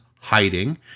hiding